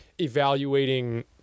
evaluating –